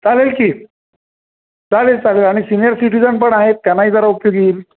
चालेल की चालेल चालेल आणि सिनियर सिटिजन पण आहेत त्यांनाही जरा उपयोगी येईल